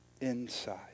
inside